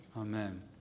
Amen